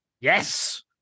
Yes